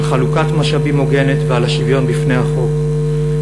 על חלוקת משאבים הוגנת ועל השוויון בפני החוק,